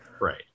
Right